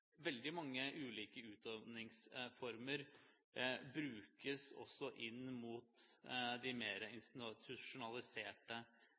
veldig mange ulike utøvingsformer, brukes også inn mot de